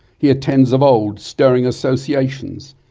he attends of old, stirring associations,